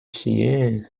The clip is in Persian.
چیه